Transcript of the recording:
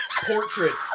portraits